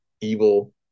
evil